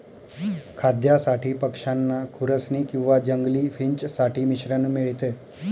खाद्यासाठी पक्षांना खुरसनी किंवा जंगली फिंच साठी मिश्रण मिळते